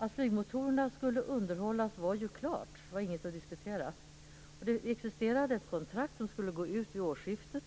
Att flygmotorerna skulle underhållas var ju klart; det var inget att diskutera. Det existerade ett kontrakt som skulle gå ut vid årsskiftet,